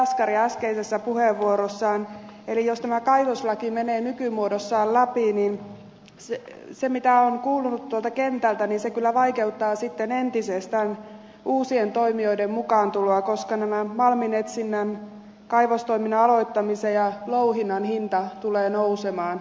jaskari äskeisessä puheenvuorossaan eli jos tämä kaivoslaki menee nykymuodossaan läpi niin mitä on kuulunut tuolta kentältä se vaikeuttaa entisestään uusien toimijoiden mukaantuloa koska malminetsinnän kaivostoiminnan aloittamisen ja louhinnan hinta tulee nousemaan